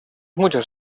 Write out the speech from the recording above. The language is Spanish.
muchos